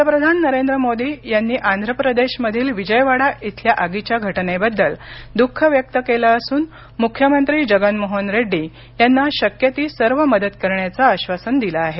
पंतप्रधान नरेंद्र मोदी यांनी आंध्र प्रदेशमधील विजयवाडा इथल्या आगीच्या घटनेबद्दल दुःख व्यक्त केलं असून मुख्यमंत्री जगन मोहन रेड्डी यांना शक्य ती सर्व मदत करण्याचं आश्वासन दिलं आहे